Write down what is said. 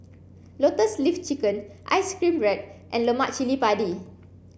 lotus leaf chicken ice cream bread and Lemak Cili Padi